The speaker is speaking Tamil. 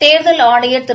தேர்தல் ஆணையர் திரு